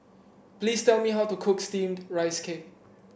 please tell me how to cook steamed Rice Cake